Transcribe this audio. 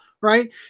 right